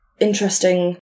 interesting